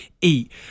eat